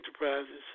enterprises